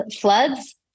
floods